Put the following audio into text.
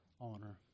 honor